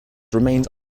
remained